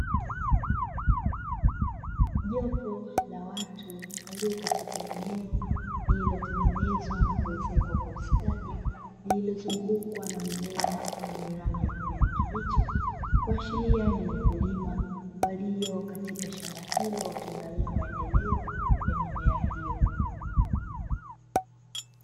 Jopo la watu walio katika eneo lililotengenezwa na kuezekwa kwa ustadi, lililozungukwa na mimea yenye rangi ya kijani kibichi kuashiria ni wakulima walio katika shamba hilo wakiangalia maendeleo ya mimea hiyo.